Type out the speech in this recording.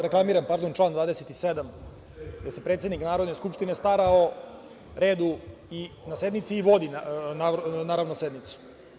Reklamiram član 27, gde se predsednik Narodne skupštine stara o redu na sednici i vodi sednicu.